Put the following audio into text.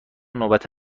نوبت